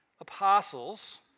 apostles